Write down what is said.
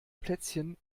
plätzchen